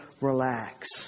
relax